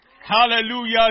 Hallelujah